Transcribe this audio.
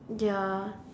ya